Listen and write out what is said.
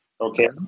Okay